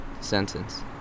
Sentence